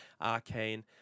Arcane